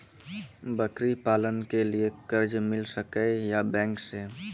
बकरी पालन के लिए कर्ज मिल सके या बैंक से?